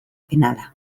penala